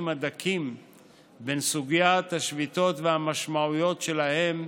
הדקים בין סוגיית השביתות והמשמעויות שלהן,